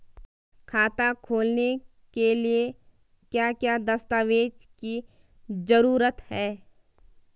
खाता खोलने के लिए क्या क्या दस्तावेज़ की जरूरत है?